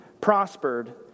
prospered